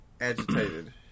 agitated